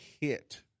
hit